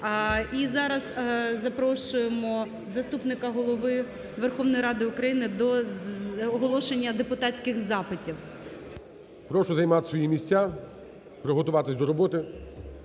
І зараз запрошуємо заступника Голови Верховної Ради України до оголошення депутатських запитів. ГОЛОВУЮЧИЙ. Прошу займати свої місця, приготуватися до роботи